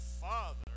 father